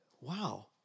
Wow